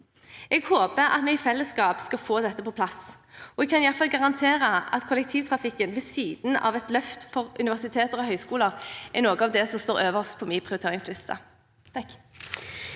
Jeg håper at vi i felleskap kan få dette på plass, og jeg kan i hvert fall garantere at kollektivtrafikken – ved siden av et løft for universiteter og høyskoler – er noe av det som står øverst på min prioriteringsliste.